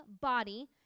body